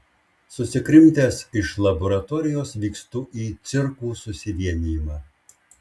susikrimtęs iš laboratorijos vykstu į cirkų susivienijimą